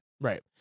right